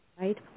right